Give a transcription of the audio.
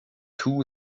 two